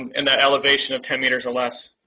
in the elevation of ten meters or less,